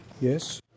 Yes